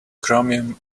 chromium